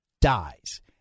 dies